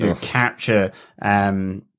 capture